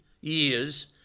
years